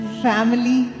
family